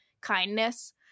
kindness